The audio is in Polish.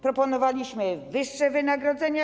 Proponowaliśmy wyższe wynagrodzenia.